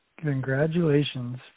Congratulations